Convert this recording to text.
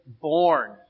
born